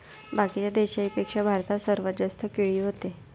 बाकीच्या देशाइंपेक्षा भारतात सर्वात जास्त केळी व्हते